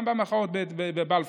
גם במחאות בבלפור,